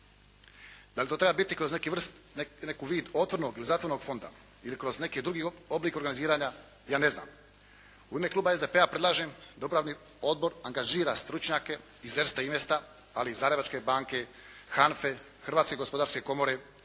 Da li to treba biti kroz neki vid otvorenog ili zatvorenog fonda ili kroz neki drugi oblik organiziranja, ja ne znam. U ime kluba SDP-a predlažem da upravni odbor angažira stručnjake iz Erste investa ali i Zagrebačke banke, HANFA-e, Hrvatske gospodarske komore